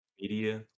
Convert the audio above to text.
media